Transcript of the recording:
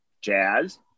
jazz